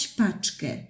paczkę